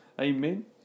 amen